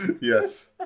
Yes